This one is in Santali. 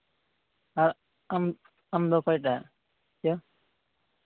ᱟᱨ ᱟᱢ ᱟᱢ ᱫᱚ ᱚᱠᱚᱭᱴᱟᱜ ᱪᱚ